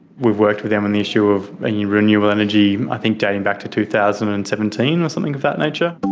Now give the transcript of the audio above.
we've worked with them on the issue of renewable energy, i think dating back to two thousand and seventeen or something of that nature.